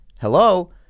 hello